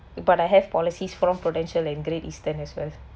but I have policies from Prudential and Great Eastern as well